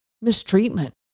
mistreatment